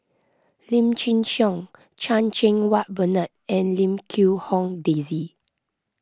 Lim Chin Siong Chan Cheng Wah Bernard and Lim Quee Hong Daisy